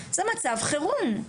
זה מצב חירום,